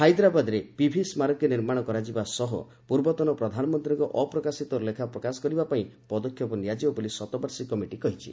ହାଇଦ୍ରାବାଦରେ ପିଭି ସ୍କାରକୀ ନିର୍ମାଣ କରାଯିବା ସହ ପୂର୍ବତନ ପ୍ରଧାନମନ୍ତ୍ରୀଙ୍କ ଅପ୍ରକାଶିତ ଲେଖା ପ୍ରକାଶ କରିବା ପାଇଁ ପଦକ୍ଷେପ ନିଆଯିବ ବୋଲି ଶତବାର୍ଷିକୀ କମିଟି କହିଛି